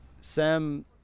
Sam